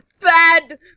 bad